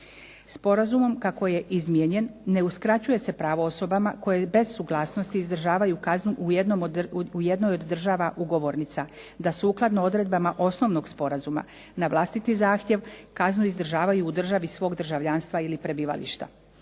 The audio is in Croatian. Sporazumom kako je izmijenjen ne uskraćuje se pravo osobama koje bez suglasnosti izdržavaju kaznu u jednoj od država ugovornica da sukladno odredbama osnovnog sporazuma na vlastiti zahtjev kaznu izdržavaju u državi svog državljanstva ili prebivališta.